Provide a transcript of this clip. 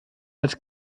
als